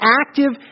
active